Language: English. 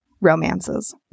romances